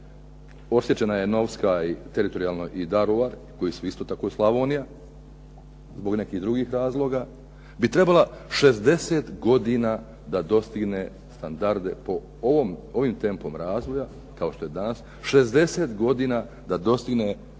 teritorijalno i Daruvar koji su isto tako Slavonija zbog nekih drugih razloga bi trebala 60 godina da bi dostigla standarde ovim tempom razvoja kao što je danas. 60 godina da dostigne standarde